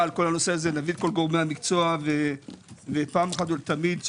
הנושא, נביא את כל גורמי המקצוע ופעם אחת ולתמיד.